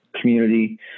community